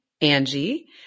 Angie